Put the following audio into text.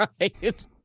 Right